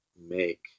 make